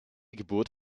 geburt